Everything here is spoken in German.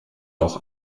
auch